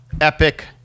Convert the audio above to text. epic